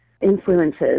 influences